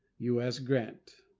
u s. grant.